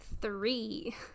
three